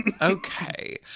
Okay